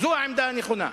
זו העמדה הנכונה.